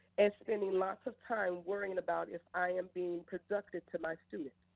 and spending lots of time worrying about if i am being productive to my students.